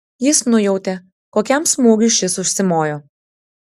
jis nujautė kokiam smūgiui šis užsimojo